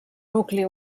nucli